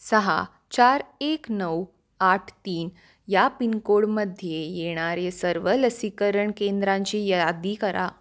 सहा चार एक नऊ आठ तीन या पिनकोडमध्ये येणारे सर्व लसीकरण केंद्रांची यादी करा